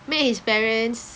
met his parents